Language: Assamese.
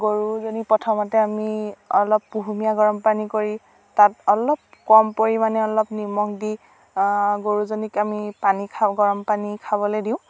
গৰুজনী প্ৰথমতে আমি অলপ কুহুমীয়া গৰম পানী কৰি তাত অলপ কম পৰিমাণে অলপ নিমখ দি গৰুজনীক আমি পানী খাব গৰম পানী খাবলে দিওঁ